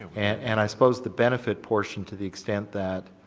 and i suppose the benefit portion to the extent that,